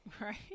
right